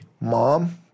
Mom